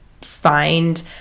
find